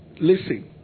listen